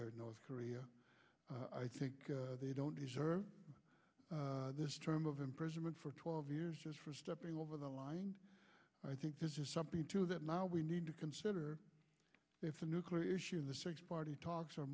the north korea i think they don't deserve this term of imprisonment for twelve years just for stepping over the line i think there's just something to that now we need to consider if the nuclear issue of the six party talks are